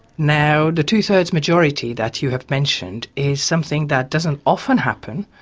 now, the two-thirds majority that you have mentioned is something that doesn't often happen,